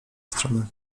strony